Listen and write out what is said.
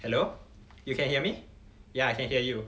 hello you can hear me ya I can hear you